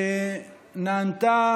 נענתה